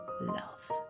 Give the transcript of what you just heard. love